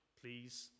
Please